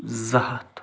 زٕ ہَتھ